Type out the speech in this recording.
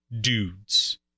dudes